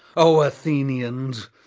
o athenians,